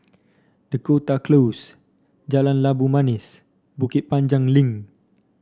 Dakota Close Jalan Labu Manis Bukit Panjang Link